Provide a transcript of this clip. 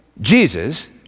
Jesus